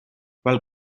while